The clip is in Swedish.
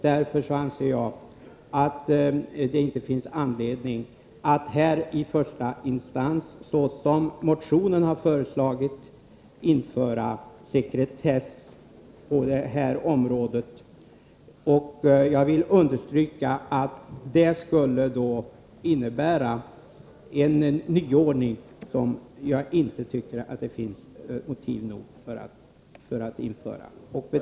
Därför anser jag inte att det finns anledning att i första instans, såsom har föreslagits i motionen, införa sekretess på det här området. Jag vill understryka att detta skulle innebära en nyordning, som det enligt min mening inte finns tillräckliga motiv för att införa.